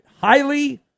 Highly